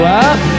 up